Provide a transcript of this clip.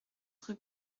rue